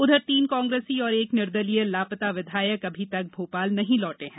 उधर तीन कांग्रेसी और एक निर्दलीय लापता विधायक अभी तक भोपाल नहीं लौटे हैं